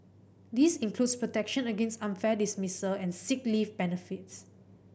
this includes protection against unfair dismissal and sick leave benefits